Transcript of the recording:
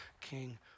king